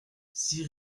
six